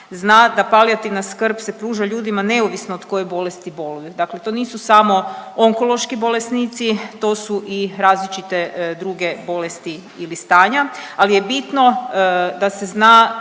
zna da palijativna skrb se pruža ljudima neovisno od koje bolesti boluju. Dakle, to nisu samo onkološki bolesnici, to su i različite druge bolesti ili stanja. Ali je bitno da se zna